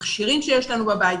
במכשירים שיש לנו בבית,